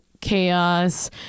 chaos